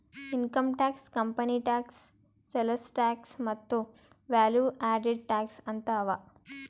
income tax, company tax, sales tax ಮತ್ತ value added tax ಅಂತ್ ಅವಾ